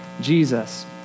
Jesus